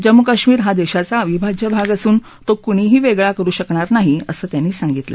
जम्मू कश्मीर हा देशाचा अविभाज्य भाग असून तो कुणीही वेगळा करु शकणार नाही असं त्यांनी सांगितलं